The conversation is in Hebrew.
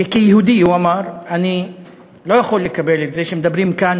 שכיהודי הוא אמר: אני לא יכול לקבל את זה שמדברים כאן,